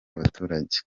abaturage